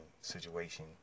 situation